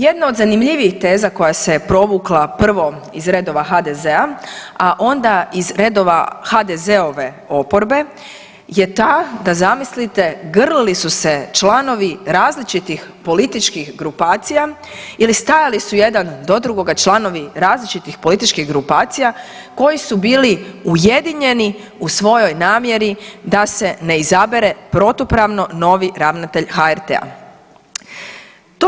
Jedna od zanimljivih teza koja se provukla prvo iz redova HDZ-a a onda iz redova HDZ-ove oporbe je ta da zamislite, grlili su se članovi različitih političkih grupacija ili stajali su jedan do drugoga članovi različitih političkih grupacija koji su bili ujedinjeni u svojoj namjeri da se ne izabere protupravno novi ravnatelj HRT-a.